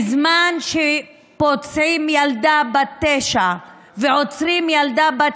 בזמן שפוצעים ילדה בת תשע ועוצרים ילדה בת